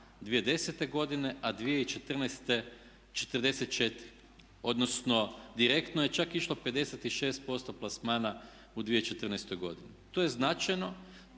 2010. godine, a 2014. 44, odnosno direktno je čak išlo 56% plasmana u 2014. godini. To je značajno,